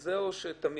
זה או תמיד?